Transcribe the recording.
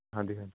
ਹਾਂਜੀ ਹਾਂਜੀ